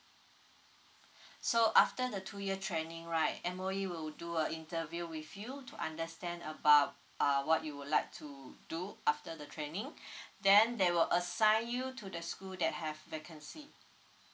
so after the two year training right M_O_E will do a interview with you to understand about uh what you would like to do after the training then they will assign you to the school that have vacancy